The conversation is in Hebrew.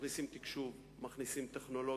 מכניסים תקשוב, מכניסים טכנולוגיה,